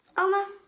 oma?